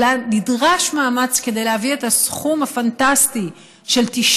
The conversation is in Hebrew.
אבל נדרש מאמץ כדי להביא את הסכום הפנטסטי של 9